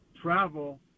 travel